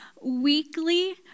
weekly